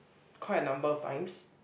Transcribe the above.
quite a number of times